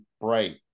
bright